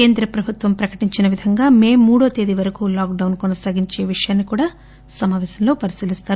కేంద్ర ప్రభుత్వం ప్రకటించిన విధంగా మే మూడవ తేదీ వరకు లాక్లాస్ కొనసాగించే విషయాన్ని కూడా సమాపేశంలో పరిశీలిస్తారు